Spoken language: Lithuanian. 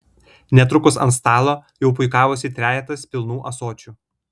netrukus ant stalo jau puikavosi trejetas pilnų ąsočių